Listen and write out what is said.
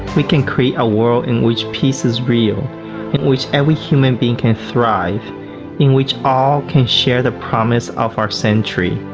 we can create a world in which peace is real in which every human being can thrive in which all share the promise of our century.